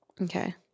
Okay